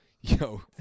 Yo